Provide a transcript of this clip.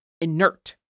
inert